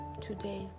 today